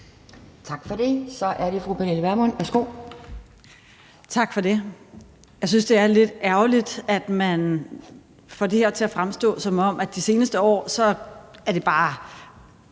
Værsgo. Kl. 11:47 Pernille Vermund (NB): Tak for det. Jeg synes, det er lidt ærgerligt, at man får det her til at fremstå, som om det de seneste år bare